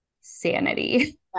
sanity